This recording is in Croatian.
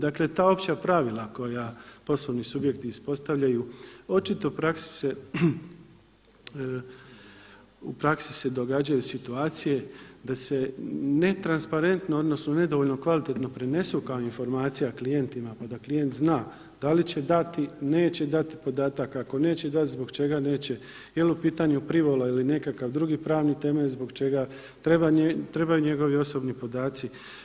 Dakle ta opća pravila koja poslovni subjekti ispostavljaju očito u praksi se događaju situacije da se ne transparentno odnosno nedovoljno kvalitetno prenesu kao informacija klijentima pa da klijent zna da li će dati, neće dati podatak, ako neće dati zbog čega neće, je li u pitanju privola ili nekakav drugi pravni temelj zbog čega trebaju njegovi osobni podaci.